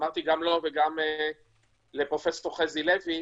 אמרתי גם לו וגם לפרופ' חזי לוי,